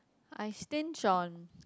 and stint on